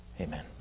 Amen